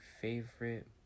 favorite